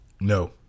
No